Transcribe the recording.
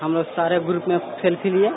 हमलोग सारे ग्रप में सेल्फी लिये